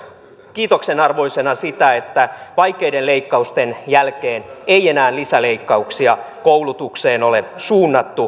pidän myös kiitoksen arvoisena sitä että vaikeiden leikkausten jälkeen ei enää lisäleikkauksia koulutukseen ole suunnattu